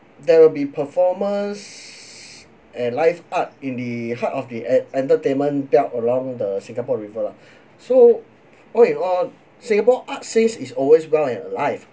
there will be performers and live art in the heart of the ent~ entertainment belt along the singapore river so all in all singapore art scene is always well and alive